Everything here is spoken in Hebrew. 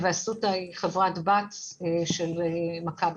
אסותא היא חברת בת של מכבי.